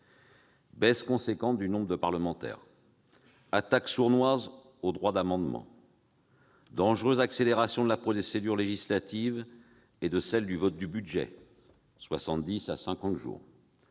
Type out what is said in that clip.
Baisse conséquente du nombre de parlementaires, attaque sournoise contre le droit d'amendement, dangereuse accélération de la procédure législative et de celle du vote du budget- laquelle